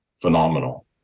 phenomenal